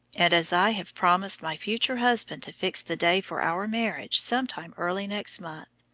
and as i have promised my future husband to fix the day for our marriage some time early next month,